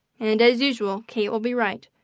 and as usual kate will be right,